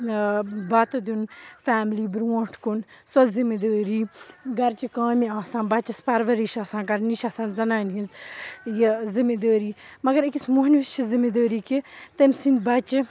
بَتہٕ دِیُن فیملی برٛونٛٹھ کُن سۅ ذِمہٕ دأری گرچہِ کامہِ آسان بَچس پَرؤرِش آسان کَرٕنۍ یہِ چھِ آسان زَنانہِ ہٕنٛز یہِ ذِمہٕ دأری مَگَر أکِس مۅہنِوِس چھِ ذِمہٕ دأری کہِ تٔمۍ سٔنٛد بَچہِ